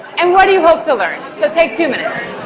and what do you hope to learn? so take two minutes.